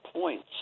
points